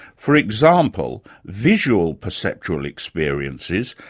for example, visual perceptual experiences,